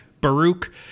Baruch